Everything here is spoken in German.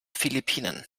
philippinen